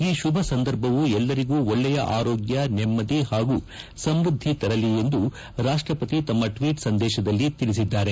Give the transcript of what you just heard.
ಈ ಶುಭ ಸಂದರ್ಭವು ಎಲ್ಲರಿಗೂ ಒಳ್ಳೆಯ ಆರೋಗ್ವ ನೆಮ್ನದಿ ಹಾಗು ಸಮೃದ್ದಿ ತರಲಿ ಎಂದು ರಾಷ್ಟಪತಿ ತಮ್ಮ ಟ್ವೀಟ್ ಸಂದೇಶದಲ್ಲಿ ತಿಳಿಸಿದ್ದಾರೆ